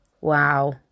Wow